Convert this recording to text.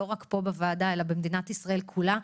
לא רק כאן בוועדה אלא במדינת ישראל כולה,